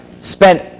spent